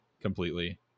completely